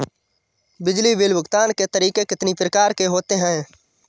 बिजली बिल भुगतान के तरीके कितनी प्रकार के होते हैं?